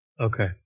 Okay